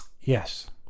Yes